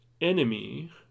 enemy